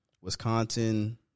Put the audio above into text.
Wisconsin